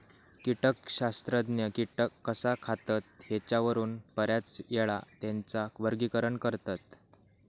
कीटकशास्त्रज्ञ कीटक कसा खातत ह्येच्यावरून बऱ्याचयेळा त्येंचा वर्गीकरण करतत